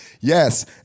yes